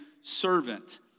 servant